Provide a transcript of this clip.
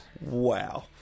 Wow